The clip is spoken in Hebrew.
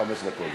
יש לך חמש דקות.